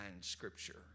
Scripture